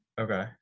Okay